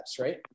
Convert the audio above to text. right